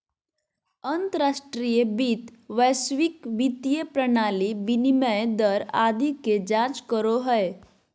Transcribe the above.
अंतर्राष्ट्रीय वित्त वैश्विक वित्तीय प्रणाली, विनिमय दर आदि के जांच करो हय